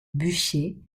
bûcher